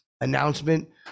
announcement